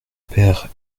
père